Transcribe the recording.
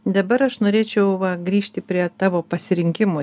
dabar aš norėčiau grįžti prie tavo pasirinkimo